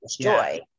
joy